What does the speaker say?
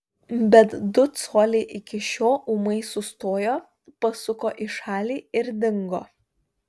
bet du coliai iki šio ūmai sustojo pasuko į šalį ir dingo